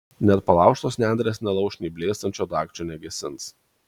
net palaužtos nendrės nelauš nei blėstančio dagčio negesins